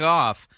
off